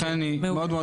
לכן אשמח להשלים.